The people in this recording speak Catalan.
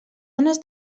ones